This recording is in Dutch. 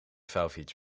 vouwfiets